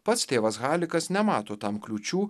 pats tėvas halikas nemato tam kliūčių